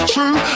True